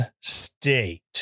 State